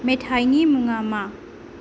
मेथाइनि मुङा मा